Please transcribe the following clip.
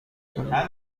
کنم